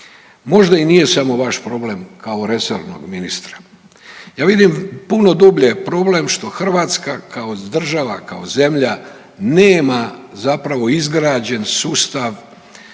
možda i nije samo vaš problem kao resornog ministra. Ja vidim puno dublje problem što Hrvatska kao država, kao zemlja nema zapravo izgrađen sustav,